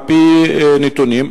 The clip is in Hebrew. על-פי נתונים,